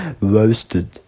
Roasted